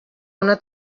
una